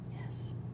Yes